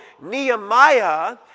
Nehemiah